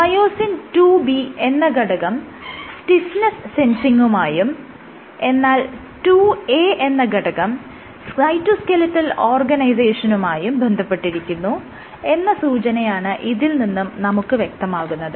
myosin IIB എന്ന ഘടകം stiffness സെൻസിങുമായും എന്നാൽ IIA എന്ന ഘടകം സൈറ്റോസ്കെലിറ്റൽ ഓർഗനൈസേഷനുമായും ബന്ധപ്പെട്ടിരിക്കുന്നു എന്ന സൂചനയാണ് ഇതിൽ നിന്നും നമുക്ക് വ്യക്തമാകുന്നത്